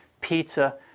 pizza